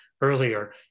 earlier